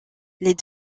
les